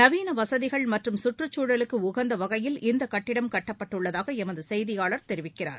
நவீன வசதிகள் மற்றும் கற்றுச்சூழலுக்கு உகந்த வகையில் இந்த கட்டிடம் கட்டப்பட்டுள்ளதாக எமது செய்தியாளர் தெரிவிக்கிறார்